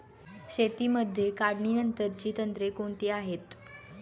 शेतीमध्ये काढणीनंतरची तंत्रे कोणती आहेत?